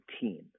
team